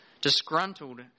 disgruntled